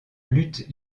lutte